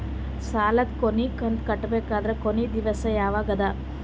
ಸಾಲದ ಕೊನಿ ಕಂತು ಕಟ್ಟಬೇಕಾದರ ಕೊನಿ ದಿವಸ ಯಾವಗದ?